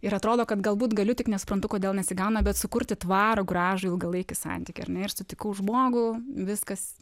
ir atrodo kad galbūt galiu tik nesuprantu kodėl nesigauna bet sukurti tvarų gražų ilgalaikį santykį ar ne ir sutikau žmogų viskas